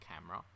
camera